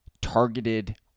targeted